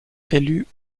élus